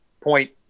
point